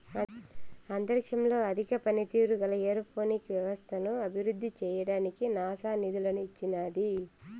అంతరిక్షంలో అధిక పనితీరు గల ఏరోపోనిక్ వ్యవస్థను అభివృద్ధి చేయడానికి నాసా నిధులను ఇచ్చినాది